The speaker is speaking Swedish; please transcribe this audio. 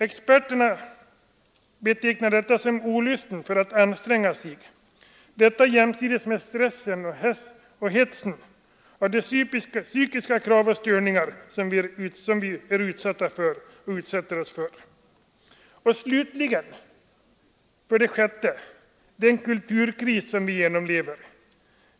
Experterna betecknar detta som olusten för att anstränga sig, detta jämsides med stressen och hetsen av de psykiska krav och störningar som vi utsätts för och utsätter oss för. Och slutligen, för det sjätte, den ”kulturkris” som vi genomlever.